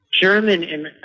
German